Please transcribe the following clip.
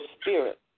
spirit